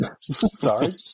Sorry